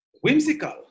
whimsical